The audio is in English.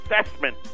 assessment